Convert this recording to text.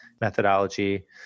methodology